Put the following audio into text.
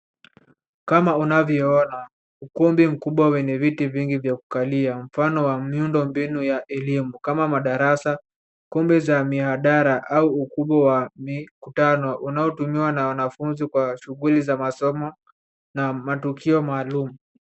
Kama unavyoona, ukumbi mkubwa wenye viti vingi vya kukalia, mfano wa miundoo mbinu ya elimu kama madarsa, kumbi za mihadhara au ukumbi wa mikutano unaotumiwa na wanafunzi kwa shuguli za masomo na matukio maalum.